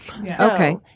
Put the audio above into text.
Okay